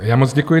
Já moc děkuji.